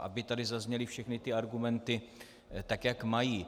Aby tady zazněly všechny argumenty, jak mají.